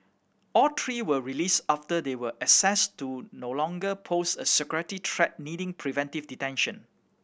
all three were released after they were assessed to no longer pose a security threat needing preventive detention